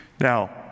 Now